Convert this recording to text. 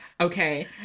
Okay